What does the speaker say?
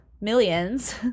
millions